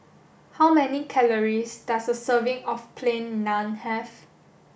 how many calories does a serving of plain naan have